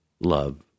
Love